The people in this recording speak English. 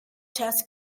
test